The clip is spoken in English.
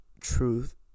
truth